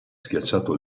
schiacciato